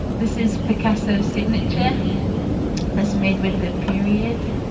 this is picasso signature that's made with the period